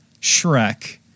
Shrek